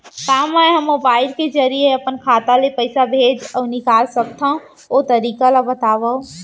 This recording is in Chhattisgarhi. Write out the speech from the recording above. का मै ह मोबाइल के जरिए अपन खाता ले पइसा भेज अऊ निकाल सकथों, ओ तरीका ला बतावव?